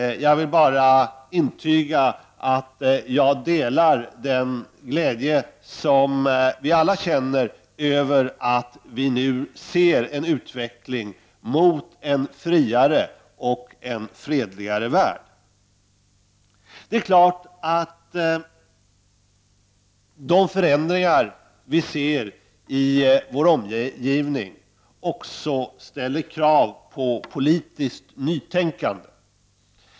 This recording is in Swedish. Jag vill bara intyga att jag delar den glädje som vi alla känner över att vi nu ser en utveckling mot en friare och en fredligare värld. Det är klart att de förändringar som vi ser i vår omgivning också ställer krav på politiskt nytänkande.